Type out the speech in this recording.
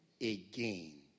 again